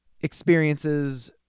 experiences